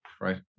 right